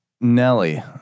nelly